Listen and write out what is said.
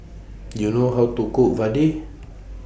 Do YOU know How to Cook Vadai